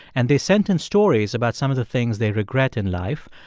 and they sent in stories about some of the things they regret in life.